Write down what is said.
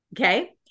okay